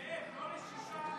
לא לשישה.